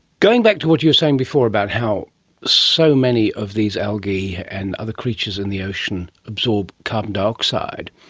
going back to what you were saying before about how so many of these algae and other creatures in the ocean absorb carbon dioxide,